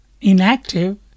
inactive